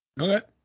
okay